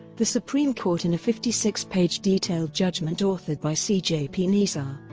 the supreme court in a fifty six page detailed judgement authored by cjp nisar,